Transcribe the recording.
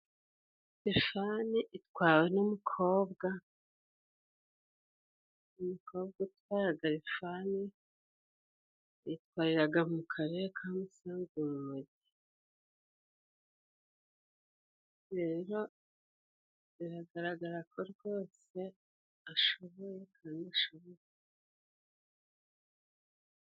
Rivane itwawe n'umukobwa. Umukobwa utwaraga rivane ayitwariraga mu Karere ka Musanze mu mugi. Rero biragaragara ko rwose ashoboye Kandi,...